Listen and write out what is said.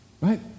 Right